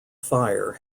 fire